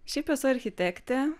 šiaip esu architektė